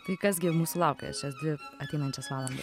tai kas gi mūsų laukia šias dvi ateinančias valandas